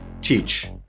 Teach